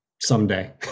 someday